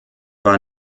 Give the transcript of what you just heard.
war